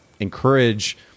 encourage